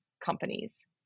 companies